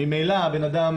ממילא הבן אדם